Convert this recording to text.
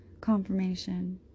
confirmation